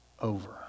over